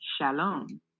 Shalom